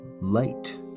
light